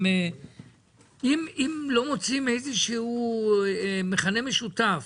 אם לא מוצאים איזשהו מכנה משותף